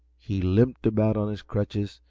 he limped about on his crutches,